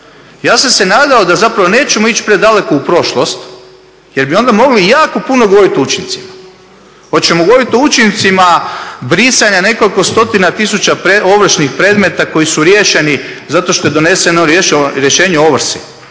Ja sam se nadamo da zapravo nećemo ići predaleko u prošlost jer bi onda mogli jako puno govoriti o učincima. Oćemo govoriti o učincima brisanja nekoliko stotina tisuća ovršnih predmeta koji su riješeni zato što je doneseno rješenje o ovrsi,